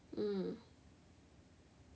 mm